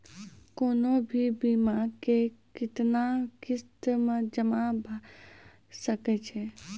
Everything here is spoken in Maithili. कोनो भी बीमा के कितना किस्त मे जमा भाय सके छै?